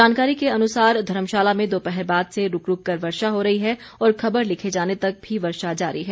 जानकारी के अनुसार धर्मशाला में दोपहर बाद से रूक रूक कर वर्षा हो रही है और खबर लिखे जाने तक भी वर्षा जारी है